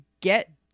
get